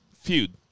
feud